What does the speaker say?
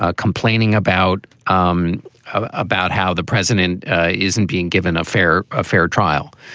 ah complaining about um about how the president isn't being given a fair a fair trial.